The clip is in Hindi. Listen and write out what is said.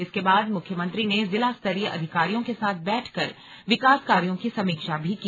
इसके बाद मुख्यमंत्री ने जिलास्तरीय अधिकारियों के साथ बैठक कर विकास कार्यों की समीक्षा भी की